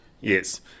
yes